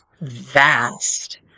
vast